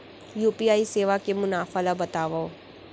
UPI सेवा के मुनाफा ल बतावव?